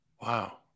Wow